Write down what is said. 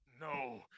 No